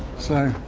so